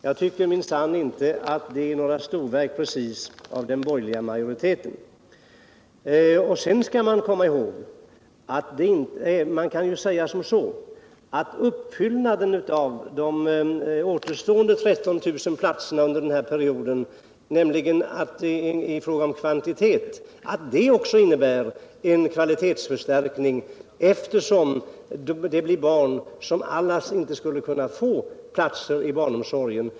Jag tycker minsann inte att det är något storverk av den borgerliga majoriteten. I fråga om kvantiteten kan man också säga att uppfyllnaden av de återstående 13 000 platserna under den här perioden innebär en kvalitetsförstärkning, eftersom det gäller barn som annars inte skulle ha kunnat få plats inom barnomsorgen.